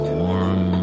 warm